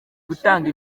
gutanga